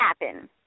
happen